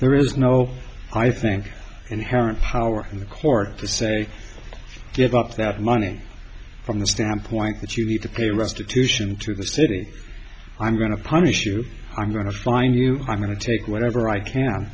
there is no i think inherent power in the court to say give up that money from the standpoint that you need to pay restitution to the city i'm going to punish you i'm going to find you i'm going to take whatever i can